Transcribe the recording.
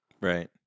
Right